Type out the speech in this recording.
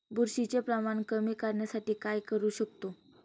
बुरशीचे प्रमाण कमी करण्यासाठी काय करू शकतो?